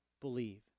believe